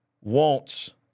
wants